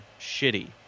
shitty